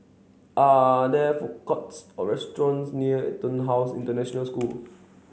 are there food courts or restaurants near EtonHouse International School